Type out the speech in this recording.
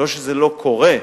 לא שזה לא קורה,